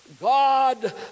God